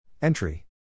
Entry